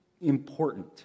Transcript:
important